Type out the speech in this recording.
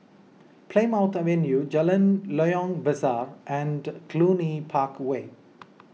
Plymouth Avenue Jalan Loyang Besar and Cluny Park Way